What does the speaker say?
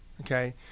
okay